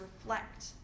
reflect